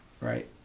right